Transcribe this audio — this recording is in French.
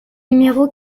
numéro